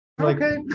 Okay